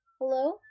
Hello